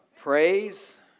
Praise